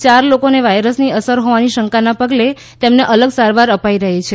યાર લોકોને વાયરસની અસર હોવાની શંકાના પગલે તેમને અલગ સારવાર અપાઇ રહી છે